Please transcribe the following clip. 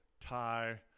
tie